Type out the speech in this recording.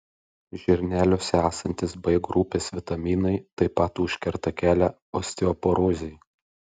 žirneliuose esantys b grupės vitaminai taip pat užkerta kelią osteoporozei